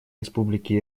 республики